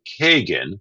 Kagan